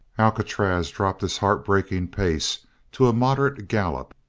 alcatraz dropped his heart-breaking pace to a moderate gallop,